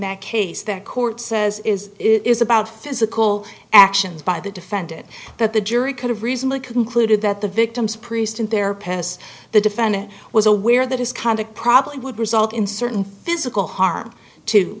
that case the court says is it is about physical actions by the defendant that the jury could have recently concluded that the victim's priest in their past the defendant was aware that his kind of probably would result in certain physical harm to